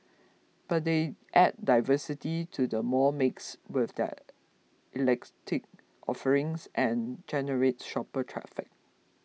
but they add diversity to the mall mix with their offerings and generate shopper traffic